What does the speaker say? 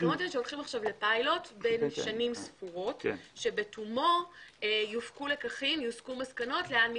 הולכים עכשיו לפילוט בן שנים ספורות שבתומו יופקו לקחים לאן מתקדמים.